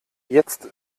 jetzt